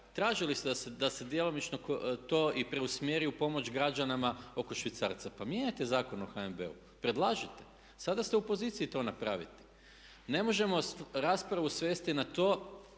tražili ste da se djelomično to i preusmjeri u pomoć građanima oko švicarca. Pa mijenjajte Zakon o HNB-u, predlažite. Sada ste u poziciji to napraviti. Ne možemo raspravu svesti na to